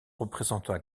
représentant